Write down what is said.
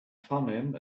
thummim